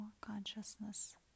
consciousness